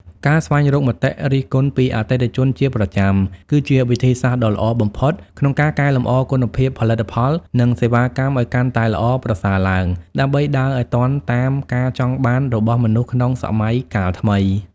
ការស្វែងរកមតិរិះគន់ពីអតិថិជនជាប្រចាំ គឺជាវិធីសាស្ត្រដ៏ល្អបំផុតក្នុងការកែលម្អគុណភាពផលិតផល និងសេវាកម្មឱ្យកាន់តែល្អប្រសើរឡើង ដើម្បីដើរឱ្យទាន់តាមការចង់បានរបស់មនុស្សក្នុងសម័យកាលថ្មី។